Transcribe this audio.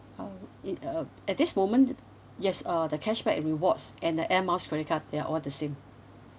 uh in uh at this moment yes uh the cashback rewards and the air miles credit card they're all the same